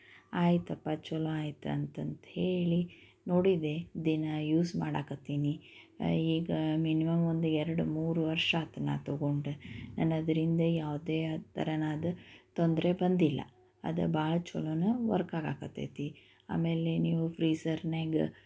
ಆಯಿತಪ್ಪ ಚಲೋ ಆಯ್ತು ಅಂತಂತ್ಹೇಳಿ ನೋಡಿದೆ ದಿನ ಯೂಸ್ ಮಾಡಕತ್ತಿನಿ ಈಗ ಮಿನಿಮಮ್ ಒಂದು ಎರಡು ಮೂರು ವರ್ಷ ಆತು ನಾನು ತಗೊಂಡು ನಾನದರಿಂದ ಯಾವುದೇ ತರನಾದ ತೊಂದರೆ ಬಂದಿಲ್ಲ ಅದು ಭಾಳ ಚಲೋನ ವರ್ಕ್ ಆಗಕತೈತಿ ಆಮೇಲೆ ನೀವು ಫ್ರೀಜರ್ನ್ಯಾಗ